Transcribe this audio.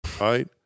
right